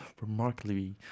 remarkably